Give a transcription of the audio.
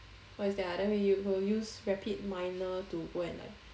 what is that ah then we u~ will use rapid minor to go and like